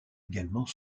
également